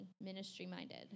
ministry-minded